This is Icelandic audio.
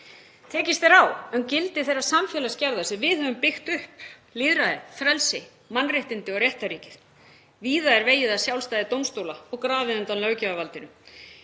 Tekist er á um gildi þeirrar samfélagsgerðar sem við höfum byggt upp; lýðræði, frelsi, mannréttindi og réttarríkið. Víða er vegið að sjálfstæði dómstóla og grafið undan löggjafarvaldinu.